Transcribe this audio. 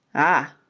ah!